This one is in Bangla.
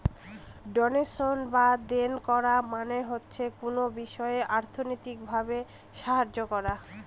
ডোনেশন বা দেন করা মানে হচ্ছে কোনো বিষয়ে অর্থনৈতিক ভাবে সাহায্য করা